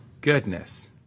goodness